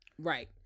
Right